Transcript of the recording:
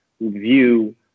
view